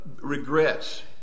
regrets